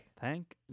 thank